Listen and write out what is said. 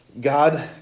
God